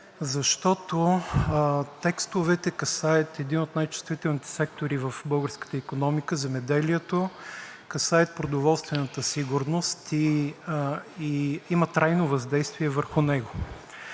защото текстовете касаят един от най-чувствителните сектори в българската икономика – земеделието, касаят продоволствената сигурност и имат трайно въздействие върху него.